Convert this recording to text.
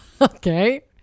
Okay